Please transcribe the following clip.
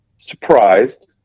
surprised